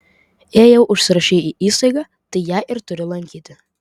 jei jau užsirašei į įstaigą tai ją ir turi lankyti